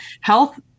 health